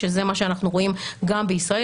שזה מה שאנחנו רואים גם בישראל,